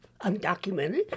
undocumented